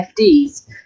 FDs